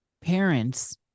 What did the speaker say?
parents